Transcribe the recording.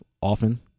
often